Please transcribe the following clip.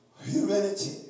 Humanity